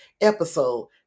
episode